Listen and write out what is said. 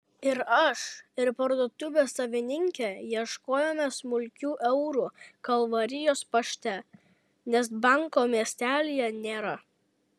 ir aš ir parduotuvės savininkė ieškojome smulkių eurų kalvarijos pašte nes banko miestelyje nėra